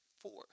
four